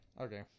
Okay